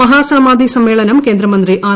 മഹാസമാധി സമ്മേളനം കേന്ദ്രമന്ത്രി ആർ